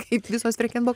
kaip visos frekenbok